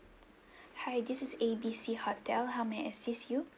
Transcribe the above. hi this is A B C hotel how may I assist you